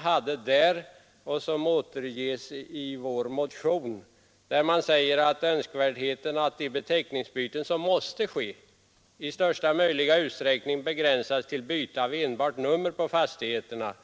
I vår motion citerar vi vad utskottet då anförde om ”önskvärdheten av att de beteckningsbyten som måste ske i största möjliga utsträckning begränsas till byte av enbart numren på fastigheterna